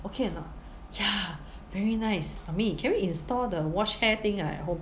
okay or not ya very nice mummy can we install the wash hair thing ah at home